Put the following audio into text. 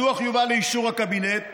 הדוח יובא לאישור הקבינט,